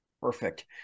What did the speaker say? Perfect